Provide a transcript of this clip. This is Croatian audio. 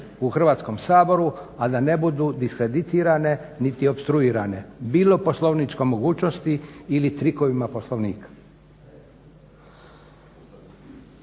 u Hrvatskom saboru, a da ne budu diskreditirena niti opstruirane bilo poslovničkom mogućnosti ili trikovima Poslovnika.